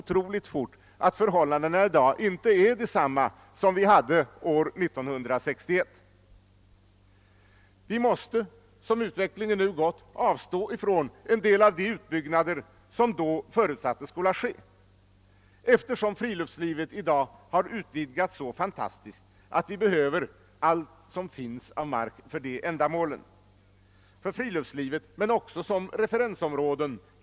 Jag måste, tyvärr, ärade kammarledamöter, ta upp en principdebatt om detta — i vilket annat sammanhang kan man annars göra det? Vi stöter som så ofta annars på det bekymmersamma förhållandet att vi i naturvårdssammanhang inte kan stödja oss på några ekonomiska beräkningar. Var och en av oss, som ägnat sig åt uppgörandet av landstingsstater, vet hur mycket som läggs ned på sjukvården.